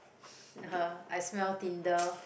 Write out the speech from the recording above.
I smell Tinder